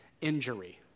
injury